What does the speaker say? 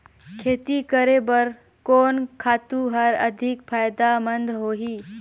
खेती करे बर कोन खातु हर अधिक फायदामंद होही?